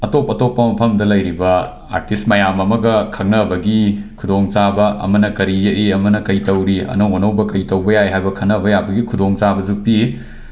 ꯑꯇꯧꯞ ꯑꯇꯧꯞꯄ ꯃꯐꯝꯗ ꯂꯩꯔꯤꯕ ꯑꯥꯔꯇꯤꯁ ꯃꯌꯥꯝ ꯑꯃꯒ ꯈꯪꯅꯕꯒꯤ ꯈꯨꯗꯣꯡꯆꯥꯕ ꯑꯃꯅ ꯀꯔꯤ ꯌꯦꯛꯏ ꯑꯃꯅ ꯀꯩ ꯇꯧꯔꯤ ꯑꯅꯧ ꯑꯅꯧꯕ ꯀꯩ ꯇꯧꯕ ꯌꯥꯏ ꯍꯥꯏꯕ ꯈꯟꯅꯕ ꯌꯥꯕꯗꯨꯒꯤ ꯈꯨꯗꯣꯡꯆꯥꯕꯁꯨ ꯄꯤ